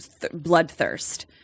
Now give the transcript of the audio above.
bloodthirst